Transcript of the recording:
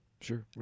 Sure